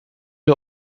der